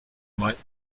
might